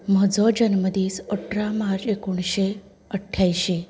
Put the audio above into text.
म्हजो जन्मदिस अठरा मार्च एकुणीशें अठ्ठ्यांशी